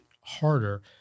harder